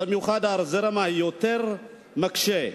ובמיוחד הזרם היותר מקשה.